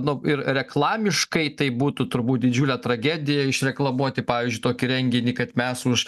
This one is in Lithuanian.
nu ir reklamiškai tai būtų turbūt didžiulė tragedija išreklamuoti pavyzdžiui tokį renginį kad mes už